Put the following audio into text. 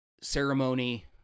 ceremony